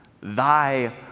Thy